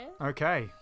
Okay